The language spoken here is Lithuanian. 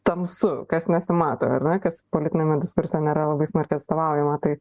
tamsu kas nesimato ar ne kas politiniame diskurse nėra labai smarkiai atstovaujama tai